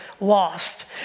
lost